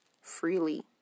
freely